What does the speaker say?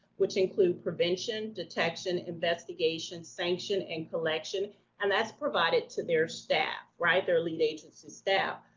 which include prevention, detection, investigation, sanction, and collection and that's provided to their staff, right, their lead agency staff,